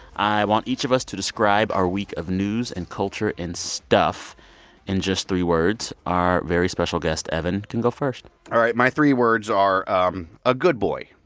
i want each of us to describe our week of news and culture and stuff in just three words. our very special guest evan can go first all right. my three words are um a good boy.